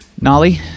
Nolly